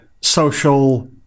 Social